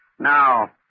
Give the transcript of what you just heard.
Now